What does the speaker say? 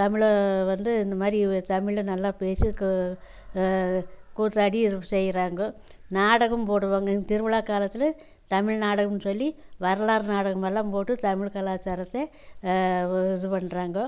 தமிழை வந்து இந்தமாதிரி தமிழை நல்லா பேசி கூத்தாடி செய்கிறாங்க நாடகம் போடுவாங்க திருவிழா காலத்தில் தமிழ் நாடகம் சொல்லி வரலாறு நாடகமெல்லாம் போட்டு தமிழ் கலாச்சாரத்தை இது பண்ணுறாங்கோ